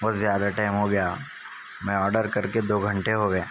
بہت زیادہ ٹائم ہو گیا میں آڈر کر کے دو گھنٹے ہو گئے